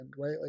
right